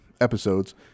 episodes